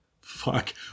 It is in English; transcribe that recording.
Fuck